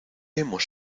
hemos